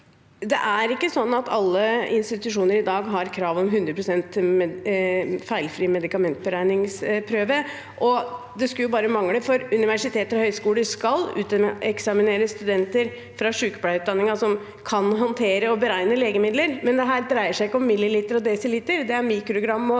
Det er ikke sånn at alle institusjoner i dag har krav om 100 pst. feilfri medikamentberegningsprøve. Det skulle bare mangle, for universiteter og høyskoler skal uteksaminere studenter fra sykepleierutdanningen som kan håndtere og beregne legemidler, men dette dreier seg ikke om milliliter og desiliter,